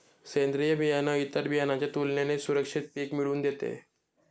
सेंद्रीय बियाणं इतर बियाणांच्या तुलनेने सुरक्षित पिक मिळवून देते